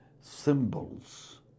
symbols